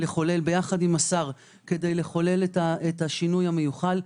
לחולל יחד עם השר את השינוי המיוחל.